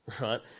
right